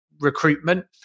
recruitment